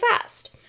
fast